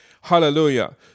Hallelujah